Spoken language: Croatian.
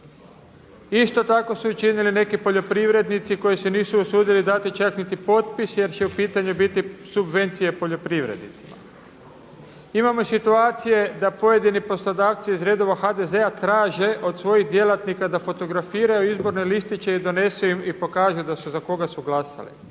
Isto tako su učinili i neki poljoprivrednici koji se nisu usudili dati čak niti potpis jer će u pitanju biti subvencije poljoprivrednicima. Imamo i situacije da pojedini poslodavci iz redova HDZ-a traže od svojih djelatnika da fotografiraju izborne listiće i donesu im i pokažu za koga su glasali.